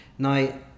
Now